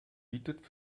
bietet